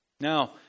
Now